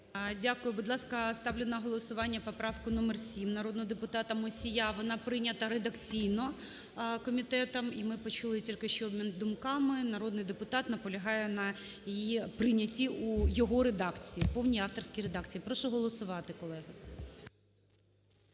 Дякую. Будь ласка, ставлю на голосування поправку № 7 народного депутата Мусія. Вона прийнята редакційно комітетом, і ми почули тільки що обмін думками. Народний депутат наполягає на її прийнятті, у його редакції, повній авторській редакції. Прошу голосувати, колеги.